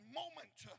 moment